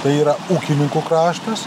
tai yra ūkinikų kraštas